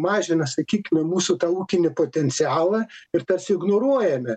mažina sakykime mūsų tą ūkinį potencialą ir tas ignoruojame